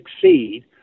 succeed